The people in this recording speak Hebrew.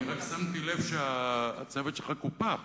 אני רק שמתי לב שהצוות שלך קופח